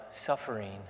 suffering